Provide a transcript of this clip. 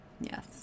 Yes